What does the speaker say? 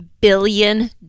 billion